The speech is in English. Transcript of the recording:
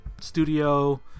studio